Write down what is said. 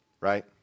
right